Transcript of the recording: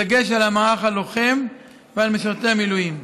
בדגש על המערך הלוחם ועל משרתי המילואים.